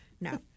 No